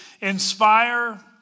inspire